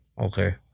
Okay